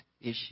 issue